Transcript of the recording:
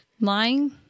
Lying